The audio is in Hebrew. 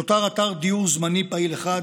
נותר אתר דיור זמני פעיל אחד,